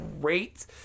great